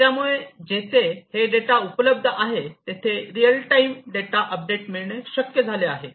त्यामुळे जेथे हे डेटा उपलब्ध आहे तेथे रिअल टाईम डेटा अपडेट मिळणे शक्य झाले आहे